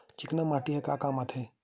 चिकना माटी ह का काम आथे?